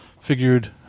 figured